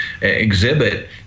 exhibit